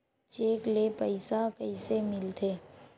Cheque ले पईसा कइसे मिलथे?